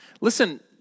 Listen